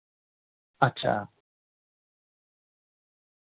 अच्छा